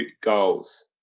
goals